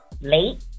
late